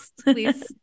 Please